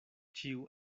ĉiu